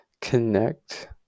connect